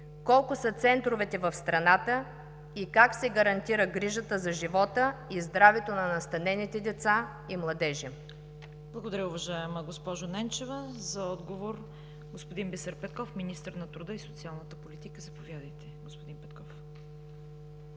Колко са центровете в страната, и как се гарантира грижата за живота и здравето на настанените деца и младежи? ПРЕДСЕДАТЕЛ ЦВЕТА КАРАЯНЧЕВА: Благодаря, уважаема госпожо Ненчева. За отговор – господин Бисер Петков – министър на труда и социалната политика. Заповядайте, господин Петков.